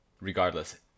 regardless